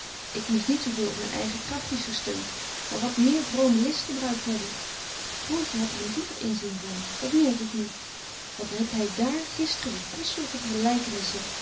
ik moest niet zo veel op myn eigen kragtjes gesteunt maar wat meer vrome list gebruikt hebben broertje hadt er een dieper inzien van dat merk ik nu wat het hy daar gisteren weer kostelyke